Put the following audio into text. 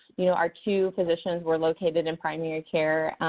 you know, our two physicians were located in primary care.